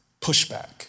pushback